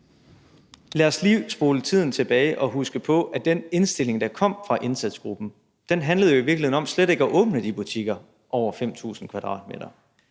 Lad os lige spole tiden tilbage og huske på, at den indstilling, der kom fra indsatsgruppen, jo i virkeligheden handlede om slet ikke at åbne de butikker over 5.000 m².